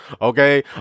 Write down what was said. okay